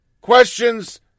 questions